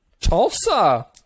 Tulsa